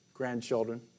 Grandchildren